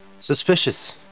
suspicious